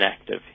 Active